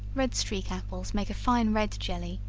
red streak apples make a fine red jelly,